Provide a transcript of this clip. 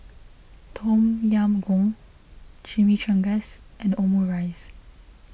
Tom Yam Goong Chimichangas and Omurice